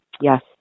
Yes